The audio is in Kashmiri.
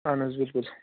اَہَن حظ بِلکُل